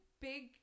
big